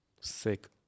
sick